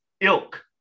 ilk